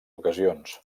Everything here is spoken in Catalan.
ocasions